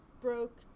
broke